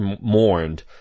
mourned